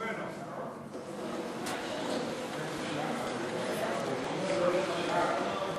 הוא אומר שאין פשיעה במגזר הערבי.